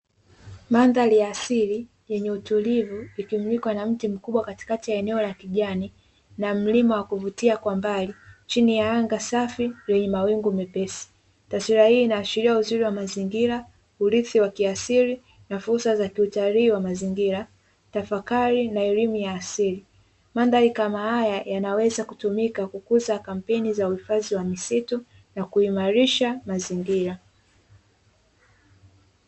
Mandhari ya asili yenye utulivu ikifunikwa na mti mkubwa katikati ya eneo la kijani na mlima wa kuvutia kwa mbali, chini ya anga safi lenye mawingu mepesi. Taswira hii inaashiria uzuri wa mazingira, urithi wa kiasili na fursa za kiutalii wa mazingira, tafakari na elimu ya asili. Mandhari kama haya yanaweza kutumika kukuza kampeni za uhifadhi wa misitu na kuimarisha mazingira.